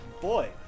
boy